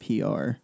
PR